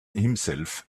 himself